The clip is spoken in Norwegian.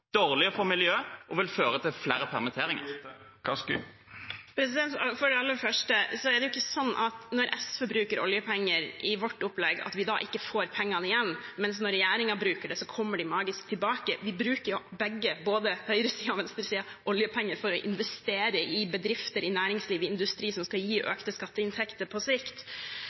dårligere for miljøet og vil føre til flere permitteringer? For det aller første er det ikke sånn at når SV bruker oljepenger i sitt opplegg, får vi ikke penger igjen, mens når regjeringen bruker dem, kommer de magisk tilbake. Vi bruker jo begge, både høyresiden og venstresiden, oljepenger for å investere i bedrifter, i næringslivet, i industri som skal gi økte skatteinntekter på sikt.